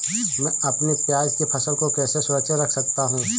मैं अपनी प्याज की फसल को कैसे सुरक्षित रख सकता हूँ?